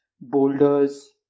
boulders